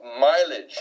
mileage